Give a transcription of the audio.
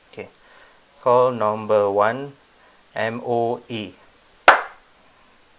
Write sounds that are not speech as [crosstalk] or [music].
okay [breath] call number one M_O_E